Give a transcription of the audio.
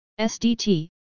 SDT